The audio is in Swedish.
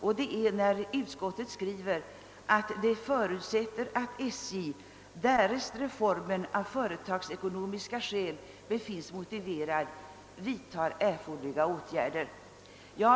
Utskottet skriver nämligen att det förutsätter att SJ — därest reformen av företagsekonomiska skäl befinnes motiverad — vidtager erforderliga åtgärder.